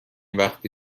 وقتی